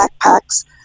backpacks